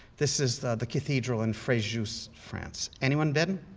this is the the cathedral in frejus, france. anyone been?